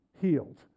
healed